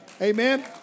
Amen